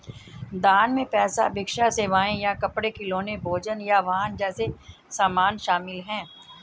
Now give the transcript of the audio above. दान में पैसा भिक्षा सेवाएं या कपड़े खिलौने भोजन या वाहन जैसे सामान शामिल हैं